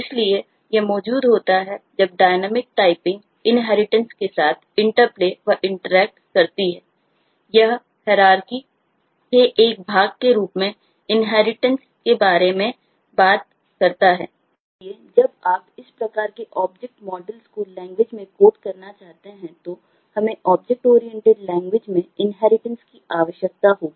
इसलिए पॉलीमॉरफिस्म की आवश्यकता होगी